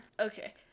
Okay